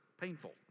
painful